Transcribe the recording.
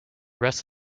rest